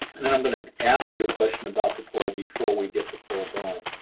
and then i'm going to ask you a question about the poll before we get the poll going.